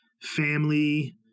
family